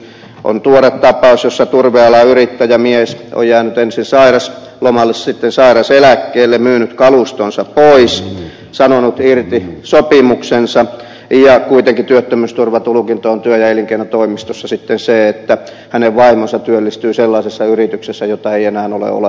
on tuore tapaus jossa turvealan yrittäjämies on jäänyt ensin sairauslomalle sitten sairauseläkkeelle myynyt kalustonsa pois sanonut irti sopimuksensa ja kuitenkin työttömyysturvatulkinta on työ ja elinkeinotoimistossa sitten se että hänen vaimonsa työllistyy sellaisessa yrityksessä jota ei enää ole olemassakaan